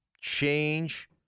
change